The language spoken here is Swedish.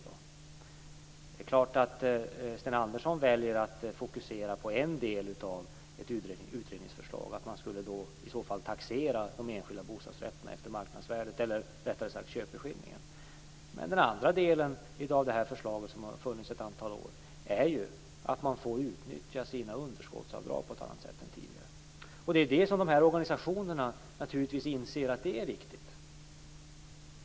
Det är klart att Sten Andersson väljer att fokusera på en del av utredningsförslaget, att man skulle taxera de enskilda bostadsrätterna efter marknadsvärdet, eller rättare sagt: efter köpeskillingen. Men den andra delen av förslaget är att man skall få utnyttja sitt underskottsavdrag på ett annat sätt än tidigare. Dessa organisationer inser naturligtvis att detta är riktigt.